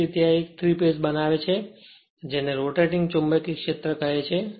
તેથી તે એક 3 ફેજ બનાવે છે જેને રોટેટિંગ ચુંબકીય ક્ષેત્ર કહે છે